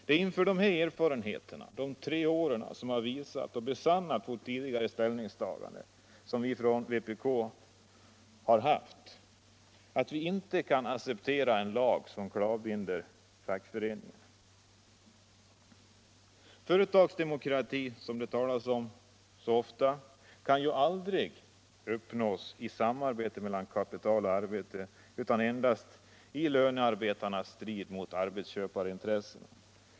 De tre årens erfarenheter har besannat vårt tidigare ställningstagande i vpk, att vi inte kan acceptera en lag som klavbinder fackföreningen. Företagsdemokrati, som det talas om så ofta, kan ju aldrig uppnås i samarbete mellan kapital och arbete, utan endast genom lönearbetarnas strid mot arbetsköparnas intressen.